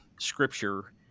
Scripture